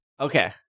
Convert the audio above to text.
Okay